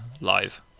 live